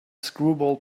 screwball